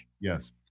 Yes